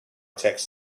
tech